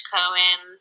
Cohen